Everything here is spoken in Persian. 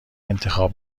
انتخاب